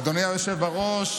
אדוני היושב בראש,